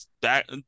back